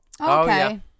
okay